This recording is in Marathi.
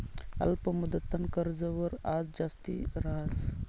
अल्प मुदतनं कर्जवर याज जास्ती रहास